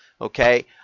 okay